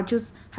horse was it